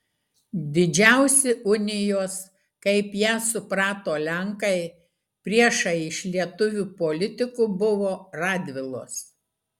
didžiausi unijos kaip ją suprato lenkai priešai iš lietuvių politikų buvo radvilos